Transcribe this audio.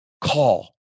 Call